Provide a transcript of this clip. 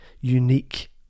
unique